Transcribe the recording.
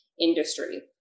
industry